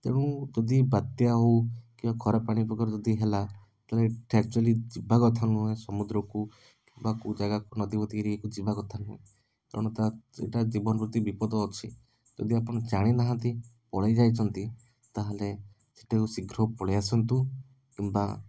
ତେଣୁ ଯଦି ବାତ୍ୟା ହେଉ କି ଖରାପ ପାଣିପବନ ହେଲା ତାହେଲେ ଏଇଟା ଏକ୍ଚୋଲି ଯିବା କଥା ନୁହେଁ ସମୁଦ୍ରକୁ ବା କେଉଁ ଜାଗାକୁ ନଦୀଫଦି ଏରିଆକୁ ଯିବା କଥା ନୁହେଁ ତେଣୁ ତା' ସେଇଟା ଜୀବନ ପ୍ରତି ବିପଦ ଅଛି ଯଦି ଆପଣ ଜାଣିନାହାଁନ୍ତି ପଳାଇ ଯାଇଛନ୍ତି ତାହେଲେ ସେଠାରୁ ଶୀଘ୍ର ପଳାଇ ଆସନ୍ତୁ କିମ୍ବା